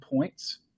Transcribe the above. points